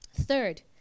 third